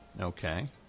Okay